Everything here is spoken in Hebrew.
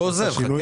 לא היתה לכם שאלה: